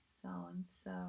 so-and-so